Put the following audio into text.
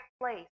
place